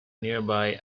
nearby